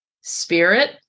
spirit